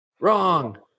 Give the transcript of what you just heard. wrong